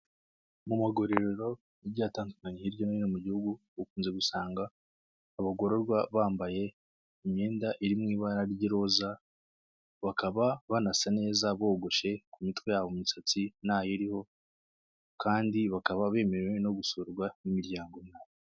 Mu magororero agiye atandukanye hirya no hino mu gihugu, ukunze gusanga abagororwa bambaye imyenda iri mu ibara ry'iroza, bakaba banasa neza bogoshe ku mitwe yabo imisatsi ntayiriho, kandi bakaba bemerewe no gusurwa n'imiryango imwe.